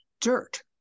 dirt